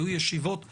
היו ישיבות שבועיות,